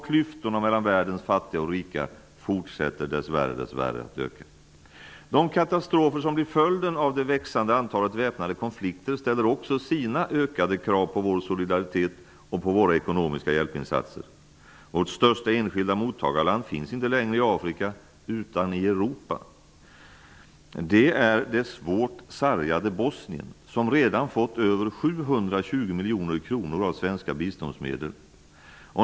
Klyftorna mellan världens fattiga och rika fortsätter, dess värre, att öka. De katastrofer som blir följden av det växande antalet väpnade konflikter ställer också sina ökade krav på vår solidaritet och på våra ekonomiska hjälpinsatser. Vårt största enskilda mottagarland finns inte längre i Afrika utan i Europa. Det är det svårt sargade Bosnien, som redan fått över 720 miljoner kronor av svenska biståndsmedel.